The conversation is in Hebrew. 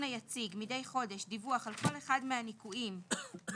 היציג מדי חודש דיווח על כל אחד מהניכויים מהתגמול